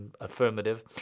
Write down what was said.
affirmative